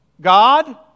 God